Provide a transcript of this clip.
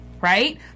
Right